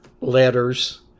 letters